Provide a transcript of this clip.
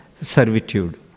servitude